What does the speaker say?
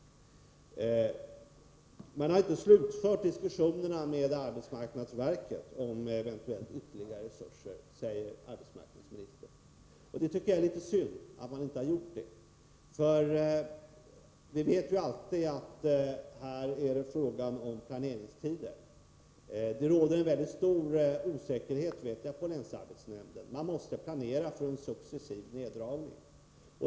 Man har inte slutfört diskussionerna med arbetsmarknadsverket om eventuellt ytterligare resurser, säger arbetsmarknadsministern. Det är litet synd. Vi känner till att det här alltid är fråga om planeringstider. Jag vet att det råder en mycket stor osäkerhet på länsarbetsnämnden. Den måste planera för en successiv neddragning.